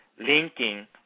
linking